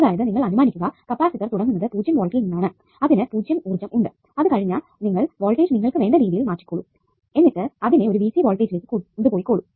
അതായത് നിങ്ങൾ അനുമാനിക്കുക കപ്പാസിറ്റർ തുടങ്ങുന്നത് 0 വോൾട്ടിൽ നിന്നാണ് അതിനു 0 ഊർജ്ജം ഉണ്ട് അത് കഴിഞ്ഞ നിങ്ങൾ വോൾടേജ് നിങ്ങൾക്ക് വേണ്ട രീതിയിൽ മാറ്റിക്കൊള്ളൂ എന്നിട് അതിനെ ഒരു വോൾറ്റേജ്ജിലേക്ക് കൊണ്ടുപോയിക്കൊള്ളൂ